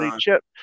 chip